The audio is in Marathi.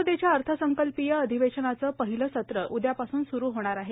संसदेच्या अर्थसंकल्पीय अधिवेशनाचं पहिलं सत्र उद्यापासून सुरु होणार आहे